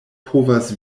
povas